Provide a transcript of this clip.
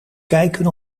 kijken